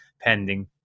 pending